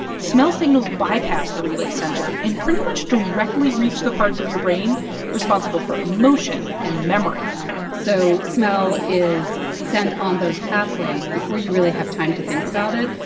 smell signals bypass the relay center and pretty much directly reach the parts of your brain responsible for emotion and memory so smell is sent on those pathways before you really have time to think about it.